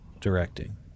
directing